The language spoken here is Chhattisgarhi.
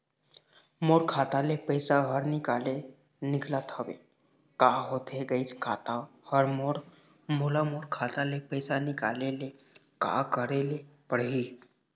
मोर खाता ले पैसा हर निकाले निकलत हवे, का होथे गइस खाता हर मोर, मोला मोर खाता ले पैसा निकाले ले का करे ले पड़ही?